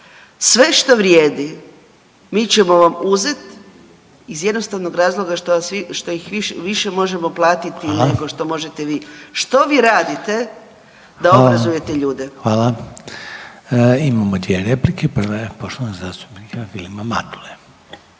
Sve što vrijedi mi ćemo vam uzet iz jednostavnog razloga što ih više možemo platiti nego što možete vi. Što vi radite da obrazujete ljude? **Reiner, Željko (HDZ)** Hvala. Imamo dvije replike, prva je poštovanog zastupnika Vilima Matule.